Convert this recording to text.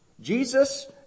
Jesus